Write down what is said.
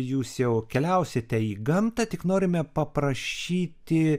jūs jau keliausite į gamtą tik norime paprašyti